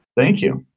thank you.